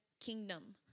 kingdom